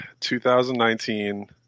2019